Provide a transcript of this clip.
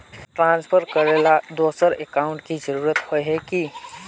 Transfer करेला दोसर account की जरुरत होय है की?